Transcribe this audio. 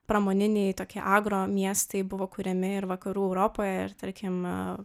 pramoniniai tokie agro miestai buvo kuriami ir vakarų europoje ir tarkim